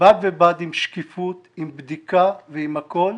בד בבד עם שקיפות, עם בדיקה, ועם הכל,